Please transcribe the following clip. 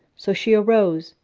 so she arose,